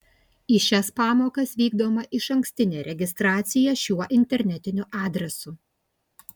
į šias pamokas vykdoma išankstinė registracija šiuo internetiniu adresu